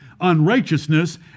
Unrighteousness